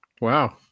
wow